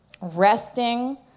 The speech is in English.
Resting